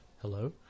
Hello